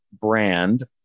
brand